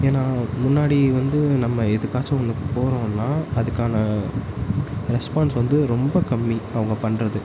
ஏன்னால் முன்னாடி வந்து நம்ம எதுக்காச்சும் ஒன்றுக்கு போகிறோன்னா அதுக்கான ரெஸ்பான்ஸ் வந்து ரொம்ப கம்மி அவங்க பண்ணுறது